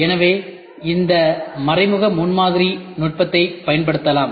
எனவே இந்த மறைமுக முன்மாதிரி நுட்பத்தைப் பயன்படுத்தலாம்